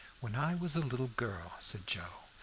when i was a little girl, said joe,